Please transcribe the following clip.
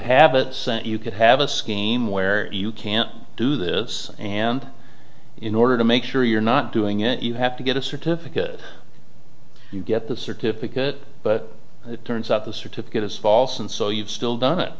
sent you could have a scheme where you can't do this and in order to make sure you're not doing it you have to get a certificate to get the certificate but it turns out the certificate is false and so you've still done it